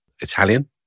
Italian